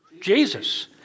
Jesus